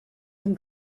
them